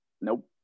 nope